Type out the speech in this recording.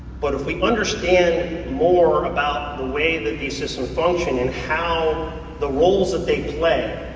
but if we understand more about the way that these systems function and how the roles that they play,